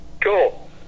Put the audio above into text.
Cool